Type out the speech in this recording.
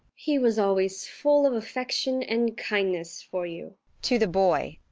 he was always full of affection and kindness for you to the boy,